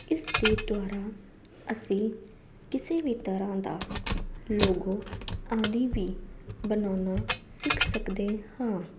ਇਸ ਦੇ ਦੁਆਰਾ ਅਸੀਂ ਕਿਸੇ ਵੀ ਤਰ੍ਹਾਂ ਦਾ ਲੋਗੋ ਆਦਿ ਵੀ ਬਣਾਉਣਾ ਸਿੱਖ ਸਕਦੇ ਹਾਂ